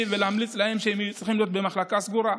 ולהמליץ להם שהם צריכים להיות במחלקה סגורה?